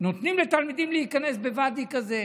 נותנים לתלמידים להיכנס לוואדי כזה?